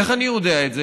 איך אני יודע את זה?